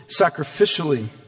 sacrificially